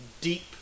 deep